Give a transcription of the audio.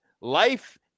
Life